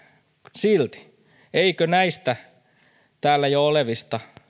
silti eikö vaikka näistä täällä jo olevista